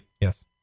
Yes